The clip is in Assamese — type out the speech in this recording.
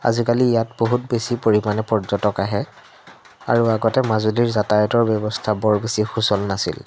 আজিকালি ইয়াত বহুত বেছি পৰিমাণে পৰ্যটক আহে আৰু আগতে মাজুলীৰ যাতায়তৰ ব্যৱস্থা বৰ বেছি সুচল নাছিল